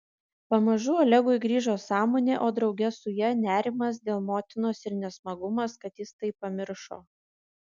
pamažu olegui grįžo sąmonė o drauge su ja nerimas dėl motinos ir nesmagumas kad jis tai pamiršo